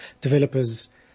developers